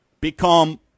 become